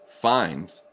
find